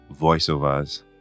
voiceovers